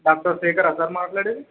doctor Shekhara sir మాట్లాడేది